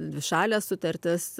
dvišales sutartis